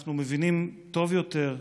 כשאנחנו מבינים טוב יותר,